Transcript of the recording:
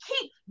keep